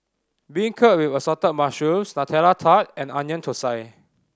beancurd with Assorted Mushrooms Nutella Tart and Onion Thosai